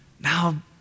Now